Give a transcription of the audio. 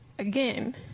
Again